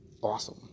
Awesome